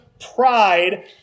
pride